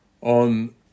on